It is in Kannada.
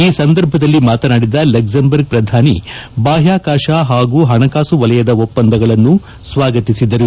ಈ ಸಂದರ್ಭದಲ್ಲಿ ಮಾತನಾಡಿದ ಲಕ್ಷೆಂಬರ್ಗ್ ಪ್ರಧಾನಿ ಬಾಹ್ಲಾಕಾಶ ಹಾಗೂ ಪಣಕಾಸು ವಲಯದ ಒಪ್ಪಂದಗಳನ್ನು ಸ್ನಾಗತಿಸಿದರು